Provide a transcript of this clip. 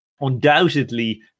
undoubtedly